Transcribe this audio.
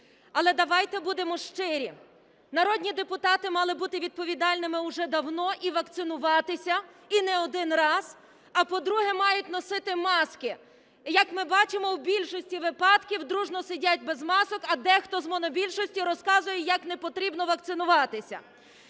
Але давайте будемо щирі, народні депутати мали бути відповідальними уже давно і вакцинуватися, і не один раз, а, по-друге, мають носити маски. Як би бачимо, в більшості випадків дружно сидять без масок, а дехто з монобільшості показує, як не потрібно вакцинуватися.